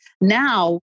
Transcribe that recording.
now